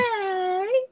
Hey